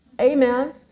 amen